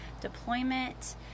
deployment